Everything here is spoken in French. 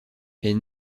est